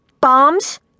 Bombs